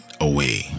away